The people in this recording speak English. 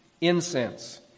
incense